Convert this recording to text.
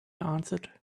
answered